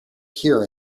here